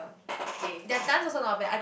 okay uh